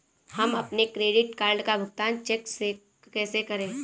हम अपने credit card का भुगतान चेक से कैसे करें?